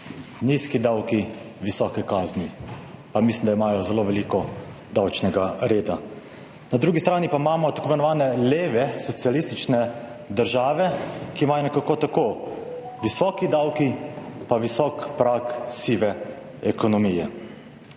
nizki davki, visoke kazni, pa mislim, da imajo zelo veliko davčnega reda. Na drugi strani pa imamo tako imenovane leve socialistične države, ki imajo nekako tako visoki davki pa visok prag sive ekonomije.